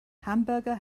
hamburger